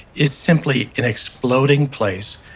it's simply an exploding place,